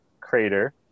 crater